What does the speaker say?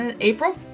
April